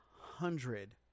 hundred